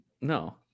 No